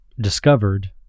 discovered